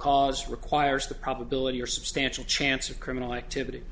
cause requires the probability or substantial chance of criminal activity